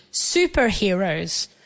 superheroes